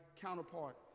counterpart